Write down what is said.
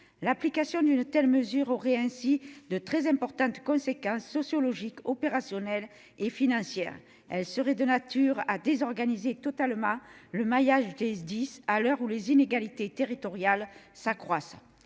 L'application d'une telle mesure aurait ainsi de très importantes conséquences sociologiques, opérationnelles et financières. Elle serait de nature à désorganiser totalement le maillage des SDIS, à l'heure où les inégalités territoriales s'accroissent.